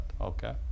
okay